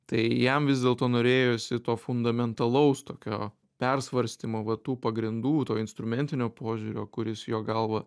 tai jam vis dėlto norėjosi to fundamentalaus tokio persvarstymo va tų pagrindų to instrumentinio požiūrio kuris jo galva